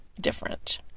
different